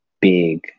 big